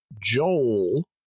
Joel